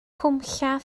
cwmllan